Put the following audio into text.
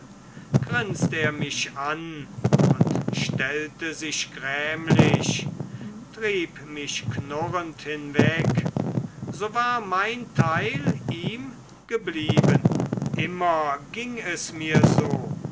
grinst er mich an und stellte sich grämlich trieb mich knurrend hinweg so war mein teil ihm geblieben immer ging es mir so